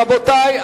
רבותי,